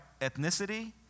ethnicity